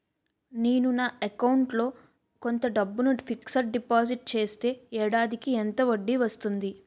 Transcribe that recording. నేను నా అకౌంట్ లో కొంత డబ్బును ఫిక్సడ్ డెపోసిట్ చేస్తే ఏడాదికి ఎంత వడ్డీ వస్తుంది?